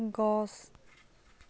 গছ